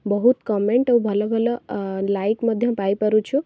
ବହୁତ କମେଣ୍ଟ୍ ଆଉ ଭଲ ଭଲ ଲାଇକ୍ ମଧ୍ୟ ପାଇ ପାରୁଛୁ